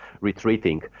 retreating